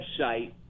website